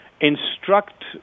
instruct